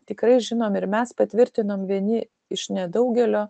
tikrai žinom ir mes patvirtinom vieni iš nedaugelio